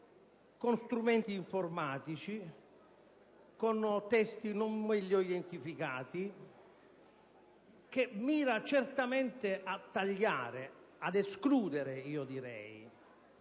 con strumenti informatici, con testi non meglio identificati, che mira certamente a tagliare e ad escludere - io direi